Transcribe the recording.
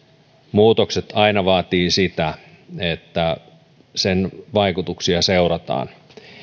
muutokset aina vaativat sitä että niiden vaikutuksia seurataan